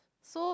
so